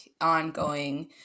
ongoing